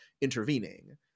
intervening